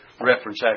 reference